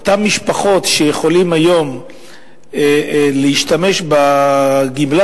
אותן משפחות שיכולות היום להשתמש בגמלה